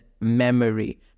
memory